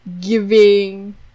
giving